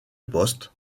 poste